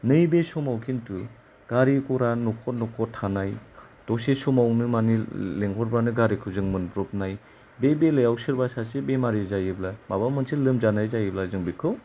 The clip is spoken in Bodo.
नैबे समाव खिन्तु गारि गरा न'खर न'खर थानाय दसे समावनो माने लेंहरबानो गारिखौ जों मोनब्रबनाय बे बेलायाव सोरबा सासे बेमारि जायोब्ला माबा मोनसे लोमजानाय जायोब्ला जों बेखौ